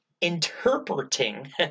interpreting